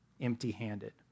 empty-handed